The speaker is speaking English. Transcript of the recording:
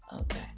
okay